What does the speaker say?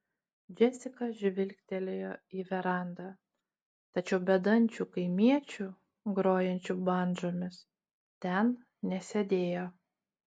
džesika žvilgtelėjo į verandą tačiau bedančių kaimiečių grojančių bandžomis ten nesėdėjo